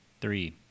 Three